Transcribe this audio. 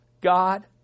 God